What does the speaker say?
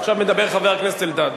עכשיו מדבר חבר הכנסת אלדד.